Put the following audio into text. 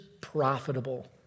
profitable